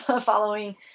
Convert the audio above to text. following